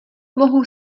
mohu